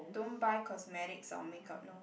don't buy cosmetics or makeup no